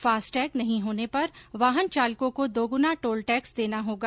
fast tag नहीं होने पर वाहन चालकों को दोगुना टोल टैक्स देना होगा